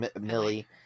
Millie